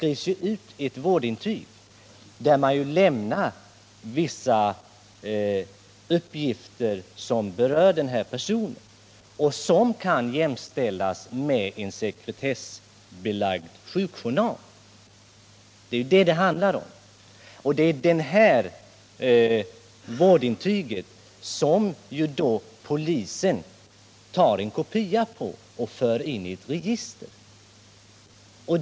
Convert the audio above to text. I detta vårdintyg lämnas vissa uppgifter om den omhändertagne, som kan jämställas med en sekretessbelagd sjukjournal. Av detta vårdintyg tar polisen en kopia som förs in i ett register.